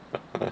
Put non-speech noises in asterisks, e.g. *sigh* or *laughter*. *laughs*